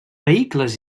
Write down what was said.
vehicles